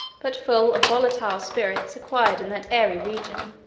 but full of volatile spirits acquired in that airy region